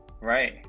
right